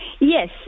Yes